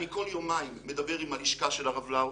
אני כל יומיים מדבר עם הלשכה של הרב לאו.